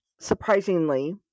surprisingly